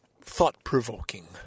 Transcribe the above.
thought-provoking